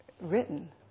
written